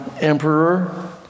emperor